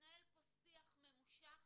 התנהל שיח ממושך